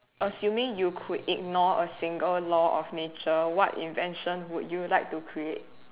assuming you could ignore a single law of nature what invention would you like to create